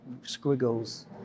squiggles